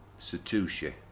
Satoshi